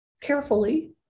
carefully